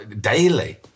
daily